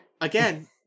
again